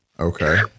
Okay